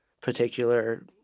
particular